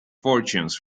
fortunes